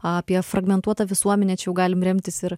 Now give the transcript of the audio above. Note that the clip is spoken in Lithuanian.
apie fragmentuotą visuomenę čia jau galim remtis ir